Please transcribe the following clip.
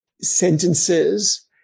sentences